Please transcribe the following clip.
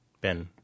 Ben